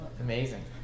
Amazing